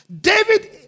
David